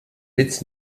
witz